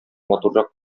матуррак